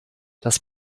das